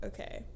Okay